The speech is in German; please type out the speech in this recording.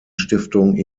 stiftung